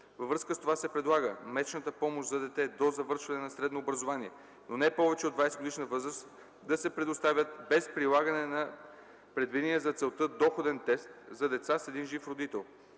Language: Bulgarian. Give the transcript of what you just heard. Във връзка с това се предлага месечната помощ за дете до завършване на средно образование, но не повече от 20-годишна възраст, да се предоставят без прилагане на предвидения за целта доходен тест за деца с един жив родител.